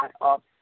up